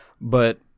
But-